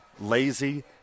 lazy